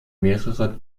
mehrere